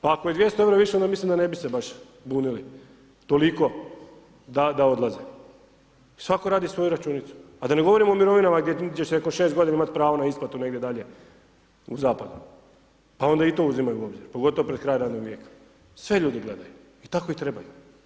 Pa ako je 200,00 EUR-a više, onda mislim da ne bi se baš bunili toliko da odlaze, svatko radi svoju računicu, a da ne govorimo o mirovinama gdje će se nakon 6 godina imati pravo na isplatu negdje dalje u zapad, pa onda i to uzimaju u obzir, pogotovo pred kraj radnog vijeka, sve ljudi gledaju i tako i trebaju.